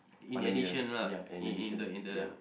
on the middle ya an addition ya